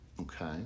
okay